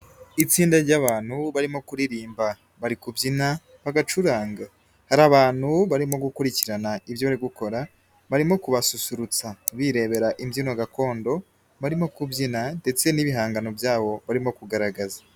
Itsinda ry'abantu barimo kuririmba. Bari kubyina, bagacuranga. Hari abantu barimo gukurikirana ibyo bari gukora, barimo kubasusurutsa. Birebera imbyino gakondo barimo kubyina, ndetse n'ibihangano byabo barimo kugaragaza.